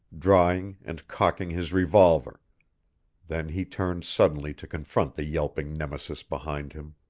drawing and cocking his revolver then he turned suddenly to confront the yelping nemesis behind him.